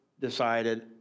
decided